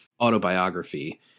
autobiography